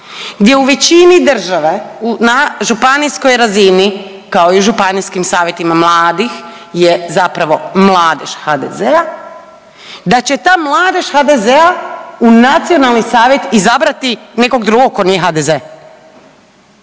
gdje u većini države na županijskoj razini, kao i županijskim savjetima mladih je zapravo Mladež HDZ-a, da će na Mladež HDZ-a u nacionalni savjet izabrati nekog drugog, tko nije HDZ.